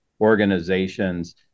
organizations